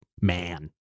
man